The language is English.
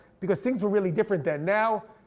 because things were really different then. now,